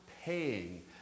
paying